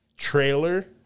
trailer